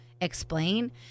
Explain